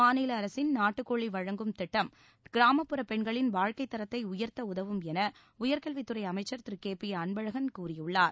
மாநில அரசின் நாட்டுக்கோழி வழங்கும் திட்டம் கிராமப்புறப் பெண்களின் வாழ்க்கைத் தரத்தை உயர்த்த உதவும் என உயர்கல்வித்துறை அமைச்சர் திரு கே பி அன்பழகன் கூறியுள்ளார்